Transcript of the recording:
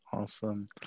Awesome